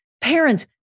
Parents